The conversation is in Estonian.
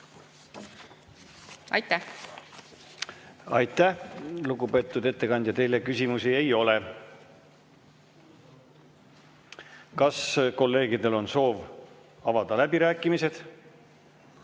Aitäh, lugupeetud ettekandja! Teile küsimusi ei ole. Kas kolleegidel on soov avada läbirääkimised?